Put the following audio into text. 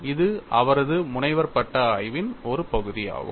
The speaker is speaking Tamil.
இது அவரது முனைவர் பட்ட ஆய்வின் ஒரு பகுதியாகும்